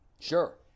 Sure